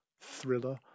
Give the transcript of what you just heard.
thriller